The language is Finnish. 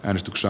äänestykse